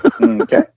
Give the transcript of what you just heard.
Okay